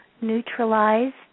neutralized